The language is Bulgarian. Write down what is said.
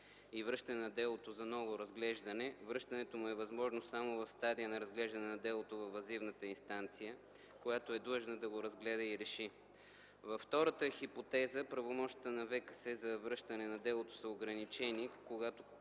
и връщане на делото за ново разглеждане, връщането му е възможно само в стадия на разглеждане на делото във въззивната инстанция, която е длъжна да го разгледа и реши. Във втората хипотеза правомощията на Върховния касационен съд за връщане на делото са ограничени,